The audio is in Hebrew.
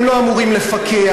הם לא אמורים לפקח,